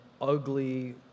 ugly